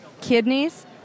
Kidneys